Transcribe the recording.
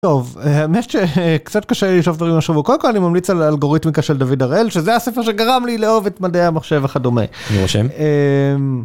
טוב האמת שקצת קשה לשלוף דברים מהשרוול קודם כל אני ממליץ על אלגוריתמיקה של דוד הראל שזה הספר שגרם לי לאהוב את מדעי המחשב וכדומה.